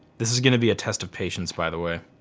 this is gonna be a test of patience by the way.